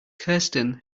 kirsten